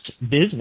business